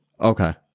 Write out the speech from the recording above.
Okay